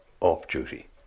off-duty